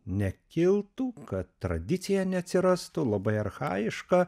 nekiltų kad tradicija neatsirastų labai archajiška